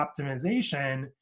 optimization